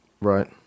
Right